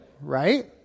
right